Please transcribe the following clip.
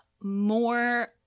more